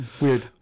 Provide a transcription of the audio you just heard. weird